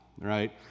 right